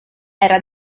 era